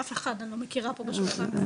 אף אחד אני לא מכירה פה בשולחן הזה.